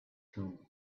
two